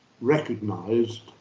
recognised